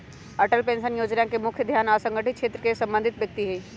Atal pension जोजना के मुख्य ध्यान असंगठित क्षेत्र से संबंधित व्यक्ति हइ